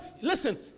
listen